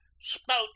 spout